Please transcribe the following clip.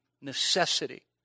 necessity